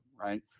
Right